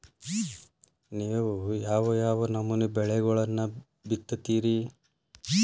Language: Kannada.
ನೇವು ಯಾವ್ ಯಾವ್ ನಮೂನಿ ಬೆಳಿಗೊಳನ್ನ ಬಿತ್ತತಿರಿ?